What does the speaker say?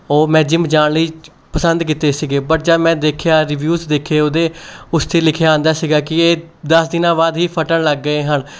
ਉਹ ਮੈਂ ਜਿੰਮ ਜਾਣ ਲਈ ਪਸੰਦ ਕੀਤੇ ਸੀ ਬਟ ਜਦ ਮੈਂ ਦੇਖਿਆ ਰਿਵਿਊਜ਼ ਦੇਖੇ ਉਹਦੇ ਉਸ 'ਤੇ ਲਿਖਿਆ ਆਉਂਦਾ ਸੀ ਕਿ ਇਹ ਦਸ ਦਿਨਾਂ ਬਾਅਦ ਹੀ ਫਟਣ ਲੱਗ ਗਏ ਹਨ